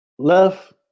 Left